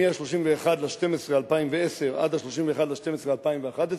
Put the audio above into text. מ-31 בדצמבר 2010 עד 31 בדצמבר 2011,